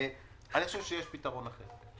אני חושב שיש פתרון אחר.